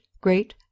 great